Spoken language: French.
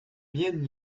mienne